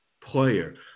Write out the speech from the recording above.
player